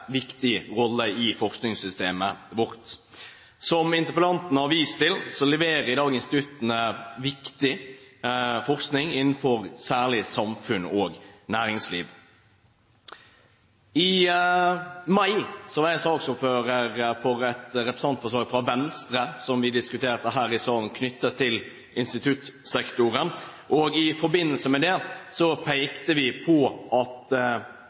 viktig rolle i forskningssystemet vårt. Som interpellanten har vist til, leverer i dag instituttene viktig forskning innenfor særlig samfunns- og næringsliv. I mai var jeg saksordfører for et representantforslag fra Venstre, som vi diskuterte her i salen, knyttet til instituttsektoren. I forbindelse med det pekte vi på at